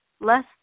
less